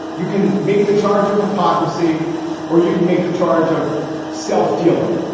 you can make the charge of hypocrisy or you can make the charge of self dealing.